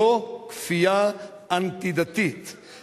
זו כפייה אנטי-דתית זה לא מדויק.